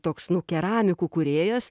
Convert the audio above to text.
toks nu keramikų kūrėjas